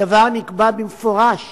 הדבר נקבע במפורש